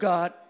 God